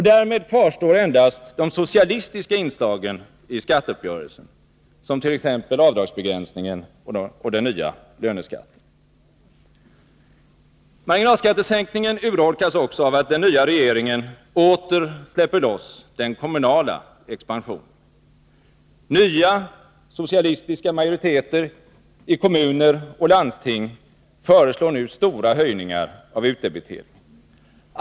Därmed kvarstår endast de socialistiska inslagen i skatteuppgörelsen, t.ex. avdragsbegränsningen och den nya löneskatten. Marginalskattesänkningen urholkas också av att den nya regeringen åter släpper loss den kommunala expansionen. Nya socialistiska majoriteter i kommuner och landsting föreslår nu stora höjningar av utdebiteringen.